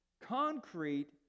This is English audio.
concrete